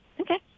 Okay